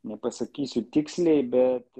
nepasakysiu tiksliai bet